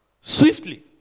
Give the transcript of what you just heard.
Swiftly